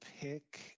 pick